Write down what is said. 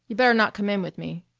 you better not come in with me.